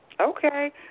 Okay